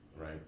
right